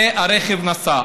והרכב נסע.